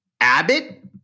Abbott